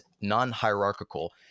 non-hierarchical